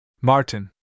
Martin